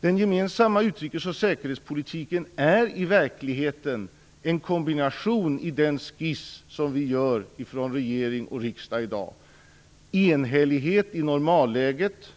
Den gemensamma utrikes och säkerhetspolitiken är i verkligheten en kombination i den skiss som vi i dag gör från regeringens och riksdagens sida. Det handlar om enhällighet i normalläget,